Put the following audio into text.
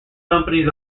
companies